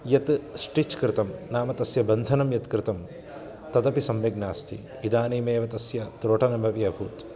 यत् स्टिच् कृतं नाम तस्य बन्धनं यत् कृतं तदपि सम्यक् नास्ति इदानीमेव तस्य त्रोटनमपि अभूत्